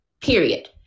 period